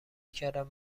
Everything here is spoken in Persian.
کردند